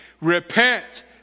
Repent